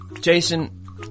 Jason